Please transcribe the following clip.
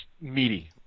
meaty